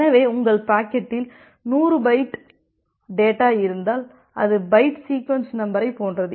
எனவே உங்கள் பாக்கெட்டில் 100 பைட் டேட்டா இருந்தால் அது பைட் சீக்வென்ஸ் நம்பரை போன்றது